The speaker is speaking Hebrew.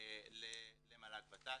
למל"ג ות"ת.